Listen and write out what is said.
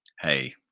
Hey